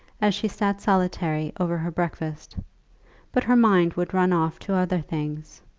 as she sat solitary over her breakfast but her mind would run off to other things,